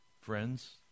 friends